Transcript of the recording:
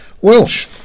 Welsh